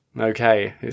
okay